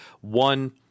One